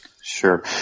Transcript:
Sure